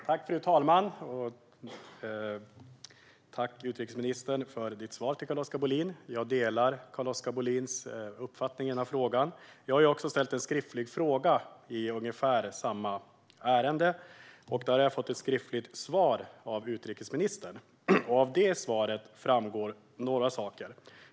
Fru talman! Jag tackar utrikesministern för svaret till Carl-Oskar Bohlin. Jag delar Carl-Oskar Bohlins uppfattning i frågan, och jag har ställt en skriftlig fråga i ungefär samma ärende. Jag har fått ett skriftligt svar av utrikesministern på den frågan, och av detta svar framgår några saker.